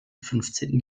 fünfzehnten